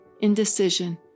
indecision